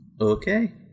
Okay